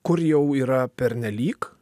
kur jau yra pernelyg